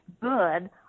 good